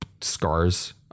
scars